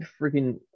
freaking